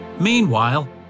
Meanwhile